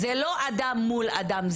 זה לא אדם מול אדם.